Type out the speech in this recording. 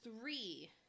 three